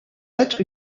être